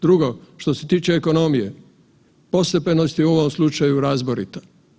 Drugo, što se tiče ekonomije, postepenost je u ovom slučaju razborita.